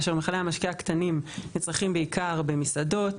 כאשר מכלי המשקה הקטנים נצרכים בעיקר במסעדות,